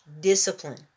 discipline